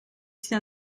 s’y